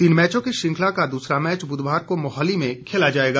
तीन मैचों की शृंखला का दूसरा मैच बुधवार को मोहाली में खेला जाएगा